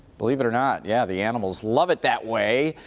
believe it or not, yeah the animals love it that way.